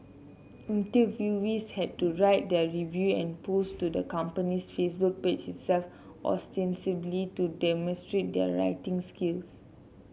interviewees had to write their review and post to the company's Facebook page itself ostensibly to demonstrate their writing skills